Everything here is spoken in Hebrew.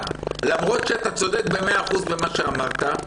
למרות שאתה צודק במאה אחוז במה שאמרת,